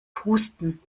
husten